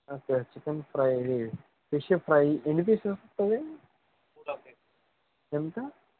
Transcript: okay chicken fry fish fry ఎన్ని పీసులు వస్తాయి ఎంతా